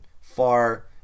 far